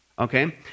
Okay